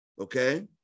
Okay